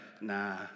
nah